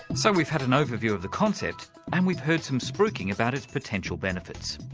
so we've had an overview of the concept and we've heard some spruiking about its potential benefits.